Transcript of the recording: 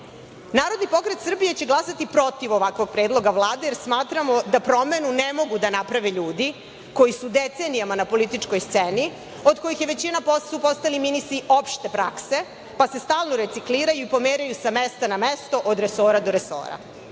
tome. Naravni pokret Srbije će glasati protiv ovakvog predloga Vlade, jer smatramo da promenu ne mogu da naprave ljudi koji su decenijama na političkoj sceni, od kojih su većina postali ministri opšte prakse, pa se stalno recikliraju i pomeraju sa mesta na mesto, od resora do resora.